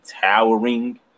towering